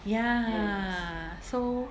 ya so